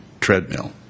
treadmill